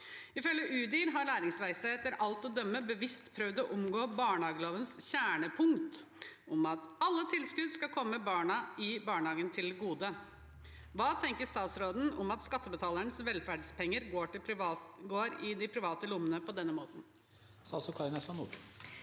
Ifølge Udir har Læringsverkstedet etter alt å dømme bevisst prøvd å omgå barnehagelovens kjernepunkt om at alle tilskudd skal komme barna i barnehagen til gode. Hva tenker statsråden om at skattebetalernes velferdspenger går i de private lommene på denne måten?